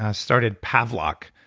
ah started pavlok,